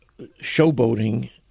showboating